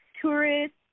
tourists